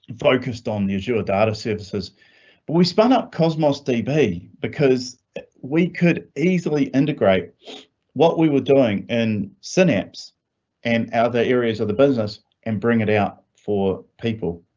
focused on the azure data services but we spent up cosmos db because we could easily integrate what we were doing and. synapse and other areas of the business and bring it out for people